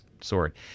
sword